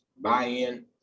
buy-in